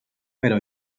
però